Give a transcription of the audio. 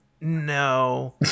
no